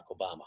Obama